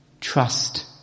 Trust